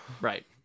Right